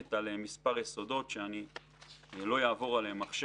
נשענת על מספר יסודות שאני לא אפרט עכשיו.